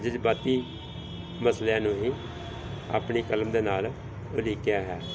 ਜਜ਼ਬਾਤੀ ਮਸਲਿਆਂ ਨੂੰ ਹੀ ਆਪਣੀ ਕਲਮ ਦੇ ਨਾਲ ਉਲੀਕਿਆ ਹੈ